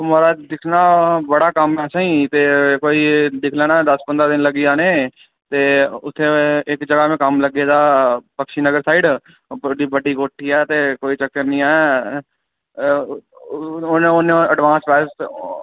एह् म्हाराज दिक्खना बड़ा कम्म ऐ स्हेई ते कोई दिक्खी लैना दस्स पंदरां दिन लग्गी जाने ते उत्थें इक्क जगह असें कम्म लग्गे दा बख्शी नगर ते बड़ी बड्डी कोठी ऐ ते कोई चक्कर निं ऐ उन्ने एडवांस पैसे दित्ते दे